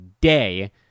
day